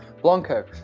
Blanco